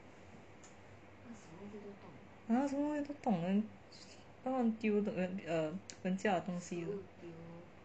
什么东西都动的 乱乱丢人家的东西